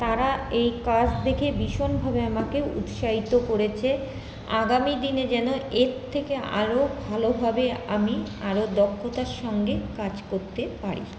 তারা এই কাজ দেখে ভীষণভাবে আমাকে উৎসাহিত করেছে আগামীদিনে যেন এর থেকে আরো ভালোভাবে আমি আরো দক্ষতার সঙ্গে কাজ করতে পারি